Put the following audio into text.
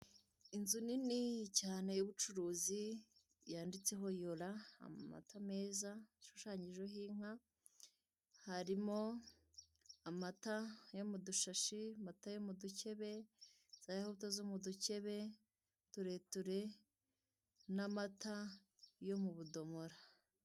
Inzu nini cyane y'ubucuruzi yanditseho yora amata meza hashushanyijeho inka, harimo amata yo mu dushashi, amata yo mu dukebe, za yahurute zo mu dukebe tureture n'amata yo mu budomora.